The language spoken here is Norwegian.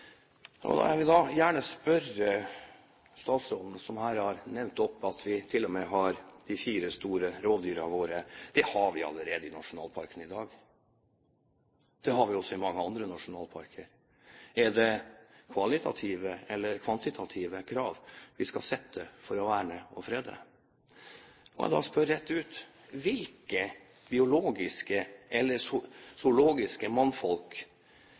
Jeg har et spørsmål til statsråden, som nevnte at vi i disse områdene til og med har de fire store rovdyrartene. Det har vi allerede i nasjonalparken i dag, og det har vi også i mange andre nasjonalparker. Er det kvalitative eller kvantitative krav vi skal sette for å verne og frede? Da spør jeg rett ut: Hvilket biologisk eller